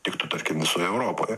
tiktų tarkim visoje europoje